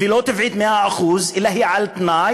ולא טבעית מאה אחוז, אלא היא על-תנאי,